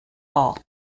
all